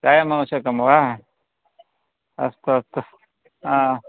चायम् आवश्यकं वा अस्तु अस्तु ह